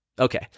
Okay